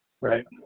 Right